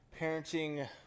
parenting